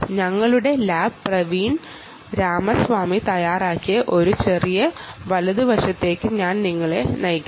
ഞങ്ങളുടെ ലാബിലെ പ്രവീൺ രാമസ്വാമി എഴുതി തയ്യാറാക്കിയ ഒരു ചെറിയ ഡോക്യുമെന്റ് ഞാൻ നിങ്ങളെ കാണിക്കാം